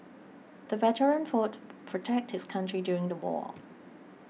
the veteran fought to protect his country during the war